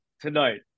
tonight